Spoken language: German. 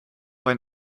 ein